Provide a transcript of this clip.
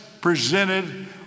presented